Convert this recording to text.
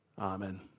Amen